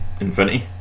Infinity